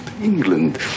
England